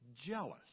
jealous